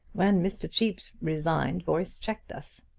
when mr. cheape's resigned voice checked us.